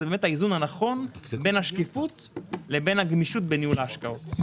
זה האיזון הנכון בין השקיפות לבין הגמישות בניהול ההשקעות.